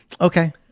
Okay